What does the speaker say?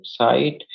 website